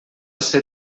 ser